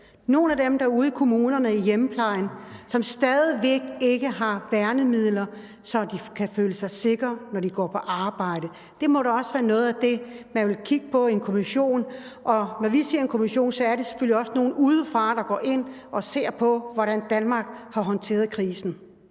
nogle af dem derude i kommunerne, i hjemmeplejen, som stadig væk ikke har værnemidler, så de kan føle sig sikre, når de går på arbejde. Det må da også være noget af det, man vil kigge på i en kommission. Når vi siger en kommission, skal det selvfølgelig også være nogle udefra, der går ind og ser på, hvordan Danmark har håndteret krisen.